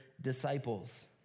disciples